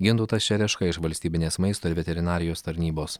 gintautas čereška iš valstybinės maisto ir veterinarijos tarnybos